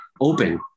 open